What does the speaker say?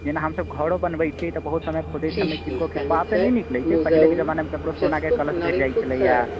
जेना हमसभ घरो बनबैत छिऐ तऽ बहुत समय खोदैके समय किनको किनको आब तऽ नहि निकलैत छै पहिलेके जमानामे ककरो सोनाके कलश भेट जाइत छलैए